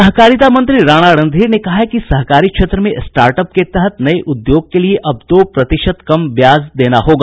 सहकारिता मंत्री राणा रणधीर ने कहा है कि सहकारी क्षेत्र में स्टार्टअप के तहत नये उद्योग के लिए अब दो प्रतिशत कम ब्याज देना होगा